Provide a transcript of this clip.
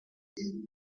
narmada